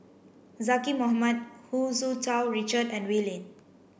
Zaqy Mohamad Hu Tsu Tau Richard and Wee Lin